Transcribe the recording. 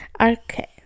Okay